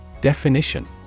Definition